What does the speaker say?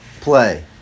play